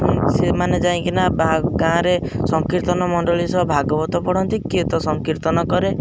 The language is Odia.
ସେମାନେ ଯାଇଁକିନା ବା ଗାଁରେ ସଂକୀର୍ତ୍ତନ ମଣ୍ଡଳୀ ସହ ଭାଗବତ ପଢ଼ନ୍ତି କିଏତ ସଂକୀର୍ତ୍ତନ କରେ